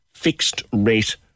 Fixed-rate